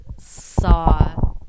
saw